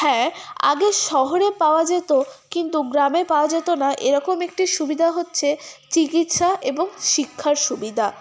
হ্যাঁ আগে শহরে পাওয়া যেত কিন্তু গ্রামে পাওয়া যেত না এরকম একটি সুবিধা হচ্ছে চিকিৎসা এবং শিক্ষার সুবিধা